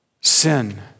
sin